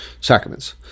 sacraments